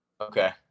Okay